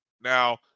Now